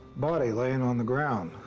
body laying on the ground.